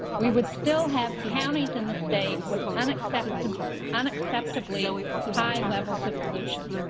we would still have counties in the state with unaccept unacceptably high levels of pollution.